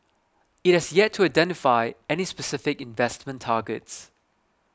it has yet to identify any specific investment targets